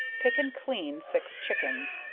pick and clean six chickens,